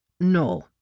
No